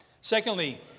Secondly